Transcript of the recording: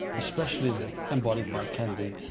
especially embodied by kennedy,